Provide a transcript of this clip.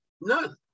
None